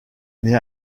mais